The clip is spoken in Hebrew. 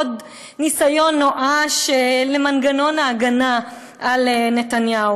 עוד ניסיון נואש למנגנון ההגנה על נתניהו.